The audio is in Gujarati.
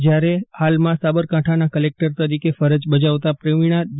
જયારે ફાલમાં સાબરકાંઠાના ક્લેક્ટર તરીકે ફરજ બજાવતા પ્રવીણા ડી